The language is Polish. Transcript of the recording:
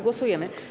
Głosujemy.